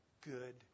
good